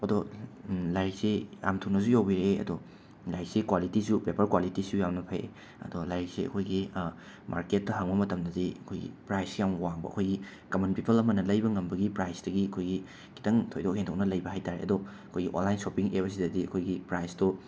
ꯑꯗꯣ ꯂꯥꯏꯔꯤꯛꯁꯤ ꯌꯥꯝ ꯊꯨꯅꯁꯨ ꯌꯧꯕꯤꯔꯛꯏ ꯑꯗꯣ ꯂꯥꯏꯔꯤꯛꯁꯤ ꯀ꯭ꯋꯥꯂꯤꯇꯤꯁꯨ ꯄꯦꯄꯔ ꯀ꯭ꯋꯥꯂꯤꯇꯤꯁꯨ ꯌꯥꯝꯅ ꯐꯩ ꯑꯗꯣ ꯂꯥꯏꯔꯤꯛꯁꯦ ꯑꯩꯈꯣꯏꯒꯤ ꯃꯥꯔꯀꯦꯠꯇ ꯍꯪꯂꯨꯕ ꯃꯇꯝꯗꯗꯤ ꯑꯩꯈꯣꯏꯒꯤ ꯄ꯭ꯔꯥꯏꯁꯦ ꯌꯥꯝꯅ ꯋꯥꯡꯕ ꯑꯩꯈꯣꯏꯒꯤ ꯀꯃꯟ ꯄꯤꯄꯜ ꯑꯃꯅ ꯂꯩꯕ ꯉꯝꯕꯒꯤ ꯄ꯭ꯔꯥꯏꯁꯇꯒꯤ ꯑꯩꯈꯣꯏꯒꯤ ꯈꯤꯇꯪ ꯊꯣꯏꯗꯣꯛ ꯍꯦꯟꯗꯣꯛꯅ ꯂꯩꯕ ꯍꯥꯏ ꯇꯥꯔꯦ ꯑꯗꯣ ꯑꯩꯈꯣꯏ ꯑꯣꯟꯂꯥꯏꯟ ꯁꯣꯞꯄꯤꯡ ꯑꯦꯞ ꯑꯁꯤꯗꯒꯤ ꯑꯩꯈꯣꯏꯒꯤ ꯄ꯭ꯔꯥꯏꯁꯇꯣ